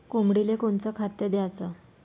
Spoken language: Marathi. कोंबडीले कोनच खाद्य द्याच?